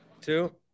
Two